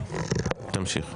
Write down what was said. תמשיך.